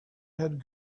had